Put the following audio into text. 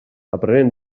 aprenent